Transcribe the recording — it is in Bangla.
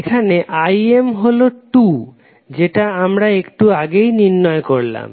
এখানে Im হলো 2 যেটা আমরা একটু আগেই নির্ণয় করলাম